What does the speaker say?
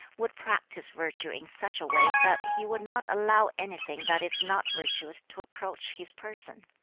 would practise virtue in such a way that he would not allow anything that is not virtuous to approach his person.